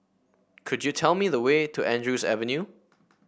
could you tell me the way to Andrews Avenue